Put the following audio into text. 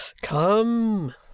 Come